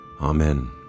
Amen